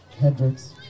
Hendricks